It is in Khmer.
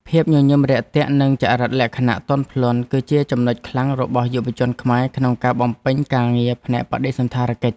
ភាពញញឹមរាក់ទាក់និងចរិតលក្ខណៈទន់ភ្លន់ គឺជាចំណុចខ្លាំងរបស់យុវជនខ្មែរក្នុងការបំពេញការងារផ្នែកបដិសណ្ឋារកិច្ច។